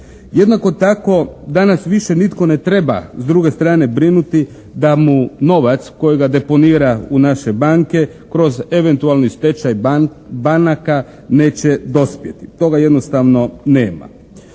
Jednako tako danas više nitko ne treba s druge strane brinuti da mu novac kojega deponira u naše banke kroz eventualni stečaj banaka neće dospjeti. Toga jednostavno nema.